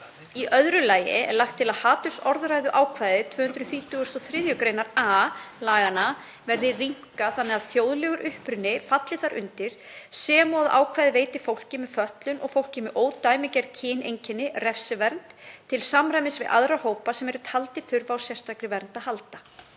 Í öðru lagi er lagt til að hatursorðræðuákvæði 233. gr. a laganna verði rýmkað þannig að þjóðlegur uppruni falli þar undir sem og að ákvæðið veiti fólki með fötlun og fólki með ódæmigerð kyneinkenni refsivernd til samræmis við aðra hópa sem eru taldir þurfa á sérstakri vernd að halda.